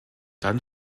dann